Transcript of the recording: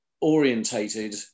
orientated